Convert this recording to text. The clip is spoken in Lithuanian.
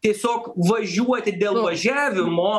tiesiog važiuoti dėl važiavimo